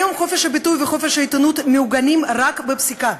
כיום חופש הביטוי וחופש העיתונות מעוגנים רק בפסיקה,